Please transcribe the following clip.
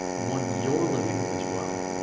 the one you're living, as well.